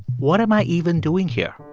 what am i even doing here?